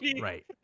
right